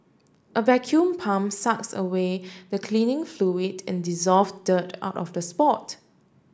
a vacuum pump sucks away the cleaning fluid and dissolved dirt out of the spot